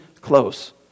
close